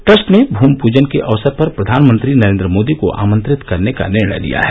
trust ने भूमि पूजन के अवसर पर प्रवानमंत्री नरेंद्र मोदी को अमंत्रित करने का निर्णय लिया है